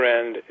end